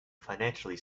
financially